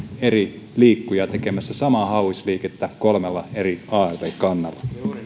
eri liikkujaa tekemässä samaa hauisliikettä kolmella eri alv kannalla